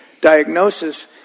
diagnosis